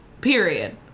period